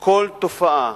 כל תופעה